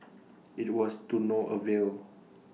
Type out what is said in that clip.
IT was to no avail